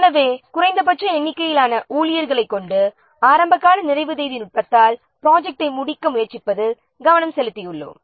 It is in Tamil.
எனவே நாம் இதுவரை குறைந்தபட்ச எண்ணிக்கையிலான ஊழியர்களைக் கொண்டு இயர்லியஸ்ட் கம்ப்லீஷன் டேட் டெக்னிக்கை வைத்து ப்ராஜெக்டை முடிக்க முயற்சிப்பதில் கவனம் செலுத்தியுள்ளோம்